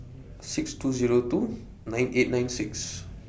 six two Zero two nine eight nine six